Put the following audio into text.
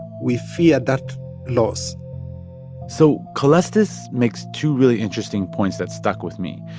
we fear that loss so calestous makes two really interesting points that stuck with me.